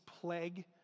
plague